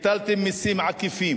הטלתם מסים עקיפים